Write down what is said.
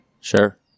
Sure